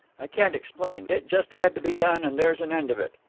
i can't explain. it just had to be done, and there's an end of it.